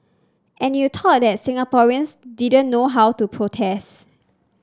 and you thought that Singaporeans didn't know how to protest